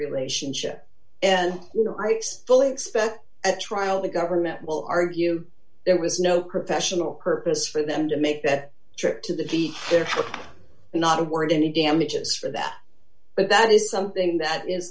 relationship fully expect at trial the government will argue there was no professional purpose for them to make that trip to the vehicle not worth any damages for that but that is something that is